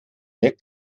mehr